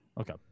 Okay